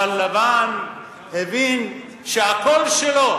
אבל לבן הבין שהכול שלו.